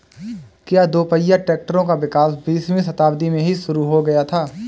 क्या दोपहिया ट्रैक्टरों का विकास बीसवीं शताब्दी में ही शुरु हो गया था?